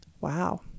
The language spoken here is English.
Wow